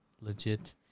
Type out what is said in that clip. legit